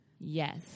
yes